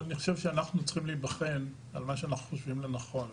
אבל אני חושב שאנחנו צריכים להיבחן על מה שאנחנו חושבים לנכון,